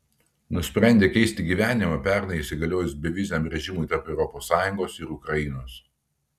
nusprendė keisti gyvenimą pernai įsigaliojus beviziam režimui tarp europos sąjungos ir ukrainos